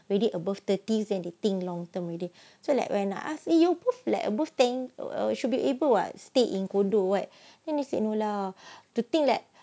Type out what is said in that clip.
ready above thirties then they think long term already so like when I ask you both like above ten should be able what stay in condominuim or what then they say no lah to think that